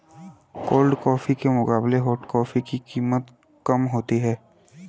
cold coffee के मुकाबले hot coffee की कीमत कम होती है